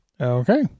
Okay